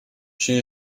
she